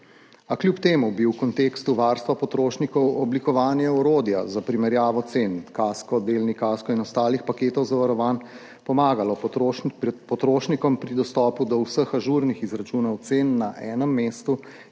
A kljub temu bi v kontekstu varstva potrošnikov oblikovanje orodja za primerjavo cen kasko, delni kasko in ostalih paketov zavarovanj pomagalo potrošnikom pri dostopu do vseh ažurnih izračunov cen na enem mestu